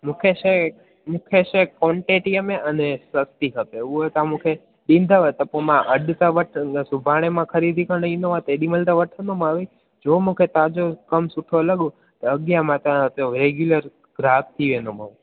मूंखे शइ मूंखे शइ क्वांटिटीअ में अने सस्ती खपे उहे तव्हां मूंखे ॾींदव त पोइ मां अॾु त वटि त सुभाणे मां खरीदरी करणु ईंदो तेॾीमहिल त वठंदोमाव ई जो मूंखे तव्हांजो कमु सुठो लॻो त अॻियां मां तव्हांजो रेगुलर ग्राहक थी वेंदोमाव